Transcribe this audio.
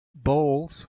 bowls